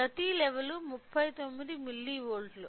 ప్రతి లెవెల్ 39 మిల్లీవోల్ట్లు